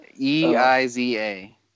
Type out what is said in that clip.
E-I-Z-A